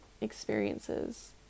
experiences